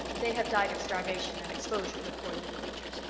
they have died of starvation and exposure, the poor little creatures.